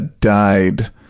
died